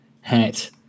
hat